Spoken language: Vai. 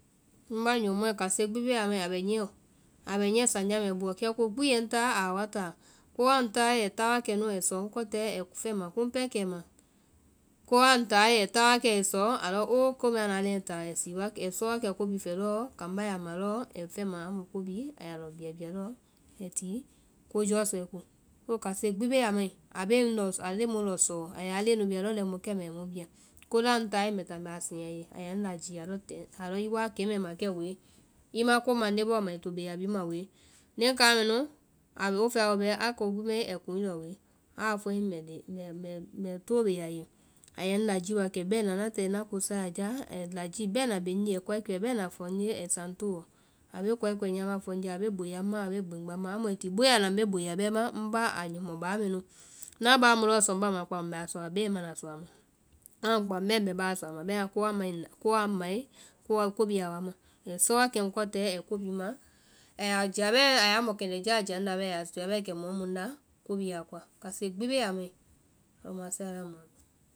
Ŋbá nyɔmɔɛ kase gbi bee a mai, a bɛ niyɛ oo, a bɛ niyɛ sanjá mɛɛ buɔ, kɛ ko gbi a ŋ tae aa wa taa. Ko a ŋ tae ai taa wa kɛ nu ai sɔ ŋ kɔtɛɛ ai ŋ fɛma. komu pɛɛ kɛima, ko a ŋ tae ai taa wa kɛ nu alɔ oo ko mɛɛ a ŋna leŋɛ táa, ai sɔ wa kɛ ko bhii fɛ lɔɔ, kambá yaa ma lɔɔ, ai fɛma amu ko bhii a yaa lɔ bia bai lɔɔ amu ai ti ko jɔsɔe ko. So kase gbi bee a mai, a bee ŋ lɔ sɔɔ- a bee mu lɔ sɔɔ, a yaa leŋɛ nu bia lɛimu lɔɔ kɛ mu a yɛ ŋ bia, ko la ŋ tae mbɛ táa mbɛ a lɔ seŋ a ye. A yɛ ŋ lajii a lɔ i wa kɛmɛɛ ma kɛ woe, i ma ko mande bɔɔ ma ai to bee a bhii ma woe. leŋ kaima mɛ nu wo bɛa wo bɛ, a ko gbi mae ai kuŋ i lɔ woe, aa fɔe mbɛ mbɛ to bee a ye, a yɛ ŋ lajii wa kɛ bɛ na, ŋna tae ŋna ko sae a jaa, ai lajii bɛna bee ŋnye, ai koae kuɛ bɛna fɔ ŋnyeai sa ŋ toɔ, a bee koae kuɛ nyama fɔ ŋnye, a bee boya ŋma, a bee gbemba ŋma, amu ai ti boya na mbe boya, bɛmaã ŋ bá nyɔmɔ báa mɛ nu, ŋna baa mu lɔɔ sɔ ŋba ma kpã mu mbɛ a bema na sɔ a ma, amu kpã mu bɛɛ mbɛ baasɔ ama bɛmaã ko a ŋmae aa wa ma, ai sɔ wa kɛ ŋkɔtɛɛ ai ko bee ma, ai ya jia bɛɛ a ya mɔkɛndɛ́ jaa jia ŋnda, a ya jia bɛɛ kɛ mɔ mu ŋnda ko bhii la, aloma sɛala mohãma.